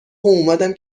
اومدم